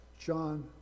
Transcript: John